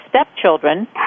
stepchildren